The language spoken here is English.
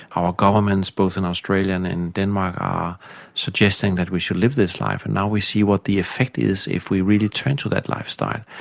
our governments both in australia and denmark are suggesting that we should live this life, and now we see what the effect is if we really turned to that lifestyle.